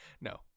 No